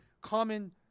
common